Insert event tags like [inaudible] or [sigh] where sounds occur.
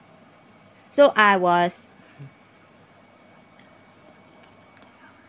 so I was [laughs]